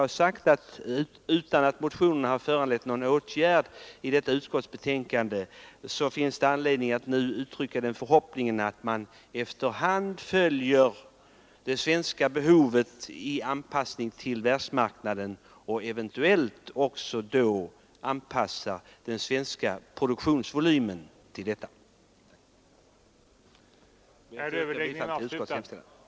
Fast utskottet inte har funnit motionerna böra föranleda någon åtgärd, finns det anledning, herr talman, att nu uttrycka den förhoppningen att man med tanke på vårt behov av anpassning till världsmarknaden efter hand också anpassar den svenska produktionsvolymen till vår egen konsumtionsvolym. Herr talman! Jag yrkar bifall till utskottets hemställan.